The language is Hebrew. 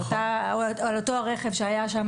על אותו רכב שהיה שם,